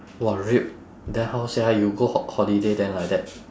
!wah! RIP then how sia you go ho~ holiday then like that